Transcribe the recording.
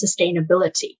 sustainability